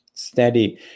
steady